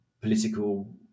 political